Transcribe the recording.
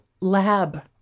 lab